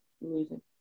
losing